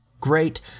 great